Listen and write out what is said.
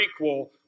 prequel